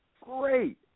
great